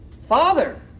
father